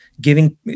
giving